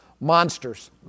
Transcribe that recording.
monsters